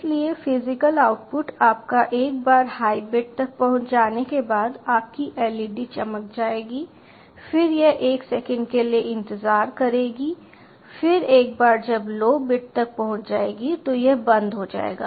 इसलिए physical output आपका एक बार हाई बिट तक पहुंच जाने के बाद आपकी LED चमक जाएगी फिर यह एक सेकंड के लिए इंतजार करेगी फिर एक बार जब लो बिट तक पहुंच जाएगी तो यह बंद हो जाएगा